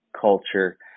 culture